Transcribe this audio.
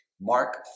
Mark